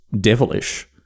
devilish